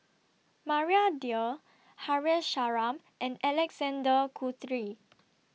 Maria Dyer Haresh Sharma and Alexander Guthrie